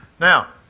Now